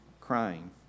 crying